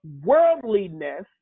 worldliness